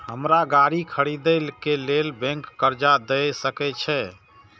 हमरा गाड़ी खरदे के लेल बैंक कर्जा देय सके छे?